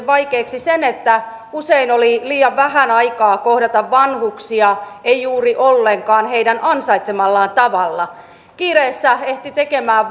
vaikeaksi sen että usein oli liian vähän aikaa kohdata vanhuksia ei juuri ollenkaan heidän ansaitsemallaan tavalla kiireessä ehti tekemään